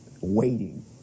waiting